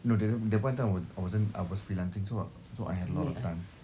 no the that point of time I was I wasn't I was freelancing so I had a lot of time